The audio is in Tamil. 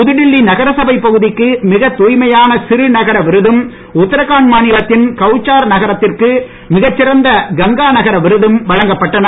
புதுடெல்லி நகரசபை பகுதிக்கு மிகத் தூய்மையான சிறு நகர விருதும் உத்ராகண்ட் மாநிலத்தின் கௌச்சார் நகரத்திற்கு மிகச்சிறந்த கங்கா நகர விருதும் வழங்கப்பட்டன